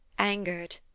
angered